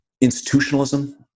institutionalism